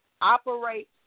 Operate